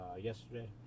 yesterday